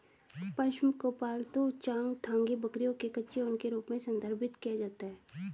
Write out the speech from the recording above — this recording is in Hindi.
पश्म को पालतू चांगथांगी बकरियों के कच्चे ऊन के रूप में संदर्भित किया जाता है